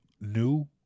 new